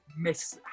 miss